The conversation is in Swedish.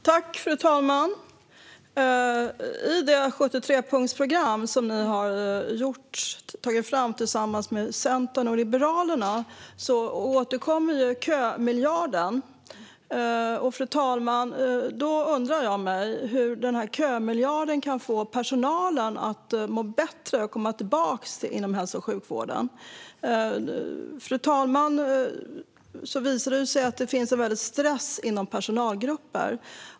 Fru talman! I det 73-punktsprogram som regeringen har tagit fram tillsammans med Centern och Liberalerna återkommer kömiljarden. Jag undrar hur den kan få personalen inom hälso och sjukvården att må bättre och komma tillbaka. Det har ju visat sig att det finns en väldig stress inom personalgrupper.